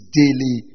daily